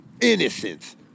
innocence